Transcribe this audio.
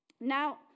Now